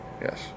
Yes